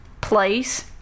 place